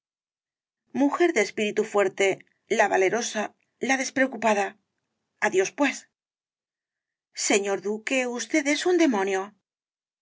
mujer de espíritu fuerte la valerosa la despreocupada adiós pues señor duque usted es un demonio